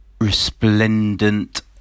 resplendent